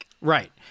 Right